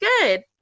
good